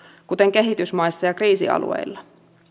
kuten kehitysmaissa ja kriisialueilla